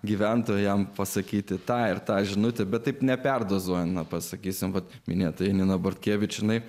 gyventojams pasakyti tą ir tą žinutę bet taip neperdozuojant pasakysime kad minėtai nina bortkevičiumi